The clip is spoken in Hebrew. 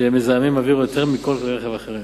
שהם מזהמים אוויר יותר מכל כלי-רכב אחרים.